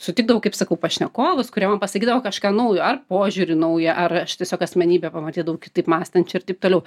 sutikdavau kaip sakau pašnekovus kurie man pasakydavo kažką naujo ar požiūrį naują ar aš tiesiog asmenybę pamatydvau kitaip mąstančią ir taip toliau